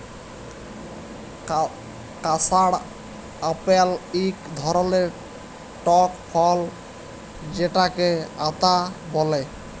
custard apple ইক ধরলের টক ফল যেটকে আতা ব্যলে